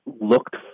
Looked